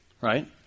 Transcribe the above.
right